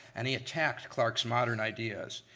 and he attacked clark's modern ideas.